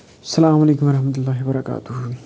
السلام علیکم ورحمَتُلا اللہ وبرکاتہُ